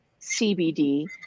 CBD